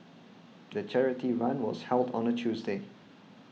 the charity run was held on a Tuesday